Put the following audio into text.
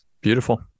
beautiful